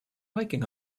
hiking